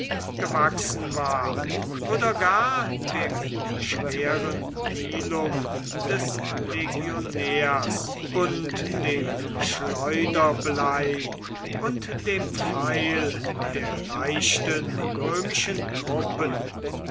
gewachsen war oder gar dem schweren pilum des legionärs und dem schleuderblei und dem pfeil der leichten römischen truppen